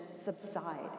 subside